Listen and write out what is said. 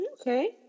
okay